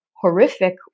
horrific